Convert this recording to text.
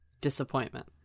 Disappointment